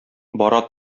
бара